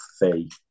fee